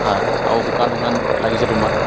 হা আৰু শুকান শুকান লাগিছে তোমাৰ